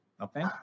okay